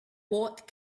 bought